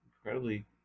incredibly